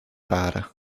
rara